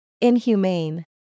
Inhumane